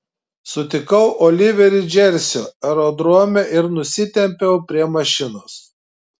sutikau oliverį džersio aerodrome ir nusitempiau prie mašinos